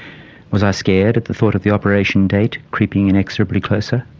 was i scared at the thought of the operation date creeping inexorably closer?